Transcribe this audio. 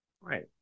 Right